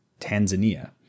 Tanzania